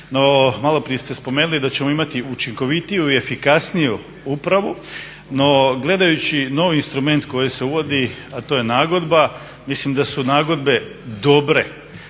malo prije ste spomenuli da ćemo imati učinkovitiju i efikasniju upravu, no gledajući novi instrument koji se uvodi, a to je nagodba, mislim da su nagodbe dobre.